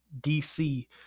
dc